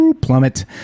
Plummet